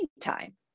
time